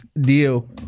deal